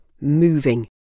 Moving